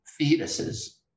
fetuses